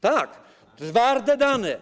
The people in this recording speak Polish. Tak, twarde dane.